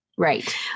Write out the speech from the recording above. Right